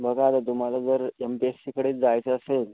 बघा आता तुम्हाला जर एम पी एस सीकडेच जायचं असेल